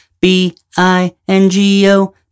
B-I-N-G-O